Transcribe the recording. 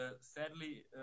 sadly